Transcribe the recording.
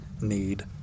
need